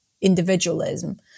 individualism